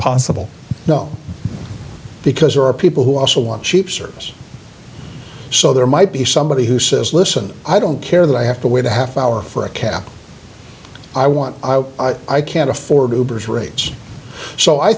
possible no because there are people who also want cheap service so there might be somebody who says listen i don't care that i have to wait a half hour for a cab i want i can't afford to birth rates so i